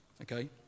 Okay